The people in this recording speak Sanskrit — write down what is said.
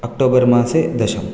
अक्टोबर् मासे दश